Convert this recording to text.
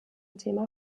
thema